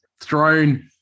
thrown